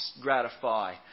gratify